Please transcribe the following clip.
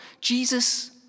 Jesus